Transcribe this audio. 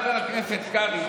חבר הכנסת קרעי,